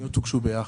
הפניות הוגשו ביחד.